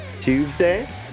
Tuesday